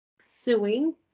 suing